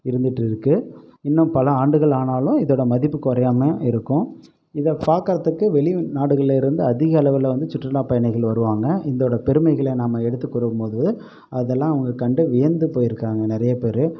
இருந்துட்டு இருக்குது இன்னும் பல ஆண்டுகள் ஆனாலும் இதோடய மதிப்பு குறையாம இருக்கும் இதை பார்க்கறத்துக்கு வெளிநாடுகள்லேருந்து அதிகளவில் வந்து சுற்றுலாப் பயணிகள் வருவாங்க இதோடய பெருமைகளை நாம் எடுத்துக் கூறும் போது அதெல்லாம் அவங்க கண்டு வியந்து போயிருக்காங்க நிறையா பேர்